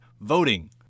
voting